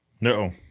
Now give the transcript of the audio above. No